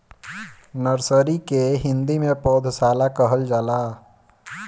nursery के हिंदी में पौधशाला कहल जाला